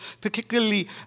particularly